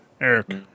Eric